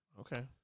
Okay